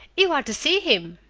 you ought to see him!